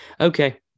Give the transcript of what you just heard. Okay